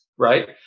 right